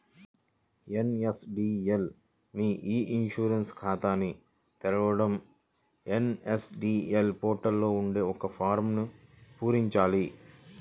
NSDL మీ e insurance ఖాతాని తెరవడం ఎన్.ఎస్.డి.ఎల్ పోర్టల్ లో ఉండే ఒక ఫారమ్ను పూరించాలి